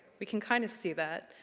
we can kind of see that.